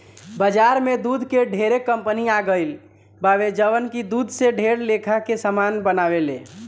बाजार में दूध के ढेरे कंपनी आ गईल बावे जवन की दूध से ढेर लेखा के सामान बनावेले